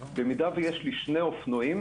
אם יש לי שני אופנועים,